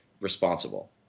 responsible